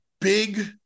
big